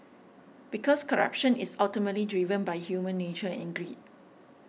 because corruption is ultimately driven by human nature and greed